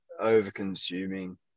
over-consuming